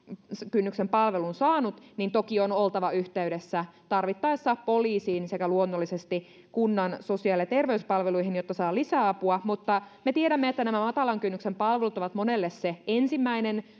kynnyksen palvelun saanut niin toki on oltava yhteydessä tarvittaessa poliisiin sekä luonnollisesti kunnan sosiaali ja terveyspalveluihin jotta saa lisäapua mutta me tiedämme että nämä matalan kynnyksen palvelut ovat monelle se ensimmäinen